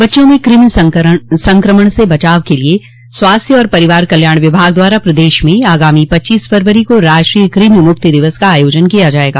बच्चों में कृमि संक्रमण से बचाव के लिये स्वास्थ्य और परिवार कल्याण विभाग द्वारा प्रदेश में आगामी पच्चीस फरवरी को राष्ट्रीय कृमि मुक्ति दिवस का आयोजन किया जायेगा